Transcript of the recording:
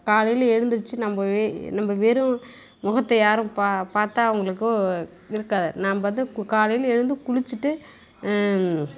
காலையில் எழுந்திருச்சு நம்ம வே நம்ம வெறும் முகத்தை யாரும் பா பார்த்தா அவங்களுக்கு இருக்காது நம்ம வந்து காலையில் எழுந்து குளிச்சுட்டு